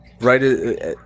right